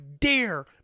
dare